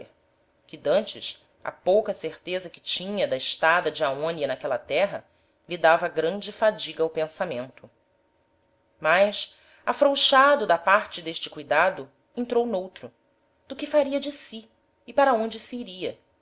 que d'antes a pouca certeza que tinha da estada de aonia n'aquela terra lhe dava grande fadiga ao pensamento mas afrouxado da parte d'este cuidado entrou n'outro do que faria de si e para onde se